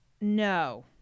no